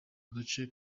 gace